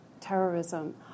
terrorism